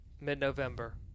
mid-November